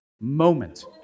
moment